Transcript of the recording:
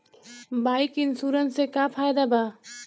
Bike insurance से का फायदा बा?